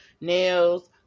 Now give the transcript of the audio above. nails